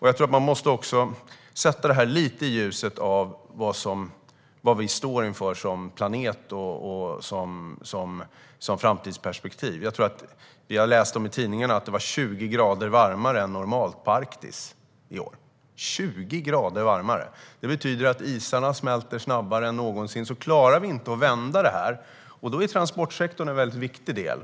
Jag tror att man måste ställa detta lite grann i ljuset av vad vi står inför som planet och i framtidsperspektiv. Jag läste i tidningarna att det var 20 grader varmare än normalt på Arktis i år. 20 grader varmare! Det betyder att isarna smälter snabbare än någonsin. Vi måste klara att vända det här, och då är transportsektorn en mycket viktig del.